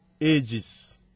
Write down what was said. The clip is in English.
ages